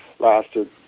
lasted